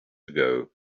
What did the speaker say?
ago